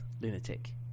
lunatic